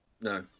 no